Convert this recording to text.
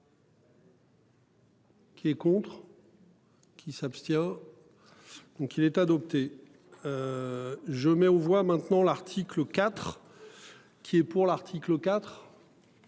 Qui est contre. Qui s'abstient. Donc il est adopté. Je mets aux voix maintenant l'article IV. Qui est pour l'article IV.